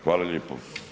Hvala lijepo.